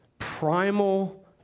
primal